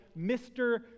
Mr